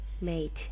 mate